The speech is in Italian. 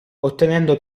ottenendo